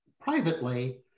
privately